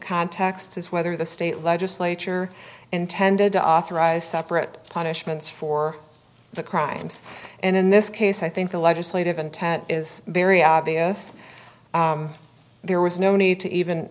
contexts is whether the state legislature intended to authorize separate punishments for the crimes and in this case i think the legislative intent is very obvious there was no need to even